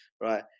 right